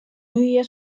müüja